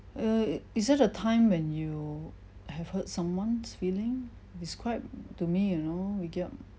err is there a time when you have hurt someone's feeling describe to me you know wee geok